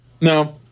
No